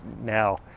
now